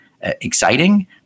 exciting